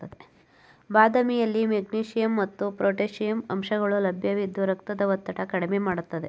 ಬಾದಾಮಿಯಲ್ಲಿ ಮೆಗ್ನೀಷಿಯಂ ಮತ್ತು ಪೊಟ್ಯಾಷಿಯಂ ಅಂಶಗಳು ಲಭ್ಯವಿದ್ದು ರಕ್ತದ ಒತ್ತಡ ಕಡ್ಮೆ ಮಾಡ್ತದೆ